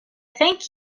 thank